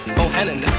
Bohannon